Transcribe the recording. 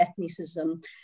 ethnicism